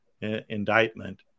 indictment